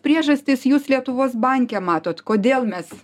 priežastis jūs lietuvos banke matot kodėl mes